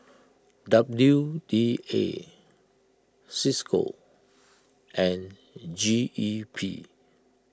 W D A Cisco and G E P